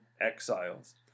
exiles